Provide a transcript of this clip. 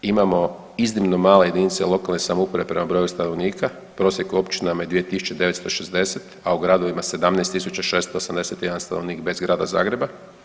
Imamo iznimno male jedinice lokalne samouprave prema broju stanovnika, prosjek u općinama je 2.960, a u gradovima 17.681 stanovnik bez Grada Zagreba.